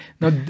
Now